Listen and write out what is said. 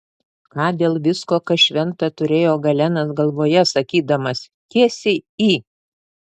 ką dėl visko kas šventa turėjo galenas galvoje sakydamas tiesiai į